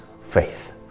faith